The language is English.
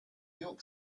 york